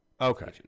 okay